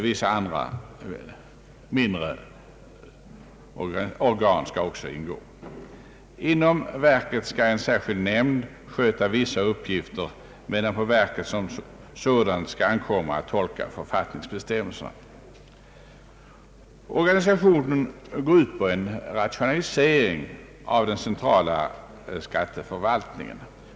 Vissa andra mindre organ skall också ingå. Inom verket skall en särskild nämnd sköta vissa uppgifter, medan på verket som sådant skall ankomma att tolka författningsbestämmelserna. Organisationen går ut på en rationalisering av den centrala skatteförvaltningen.